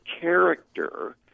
character